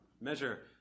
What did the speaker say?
measure